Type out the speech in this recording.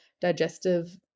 digestive